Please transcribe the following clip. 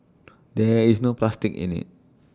there is no plastic in IT